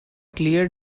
clear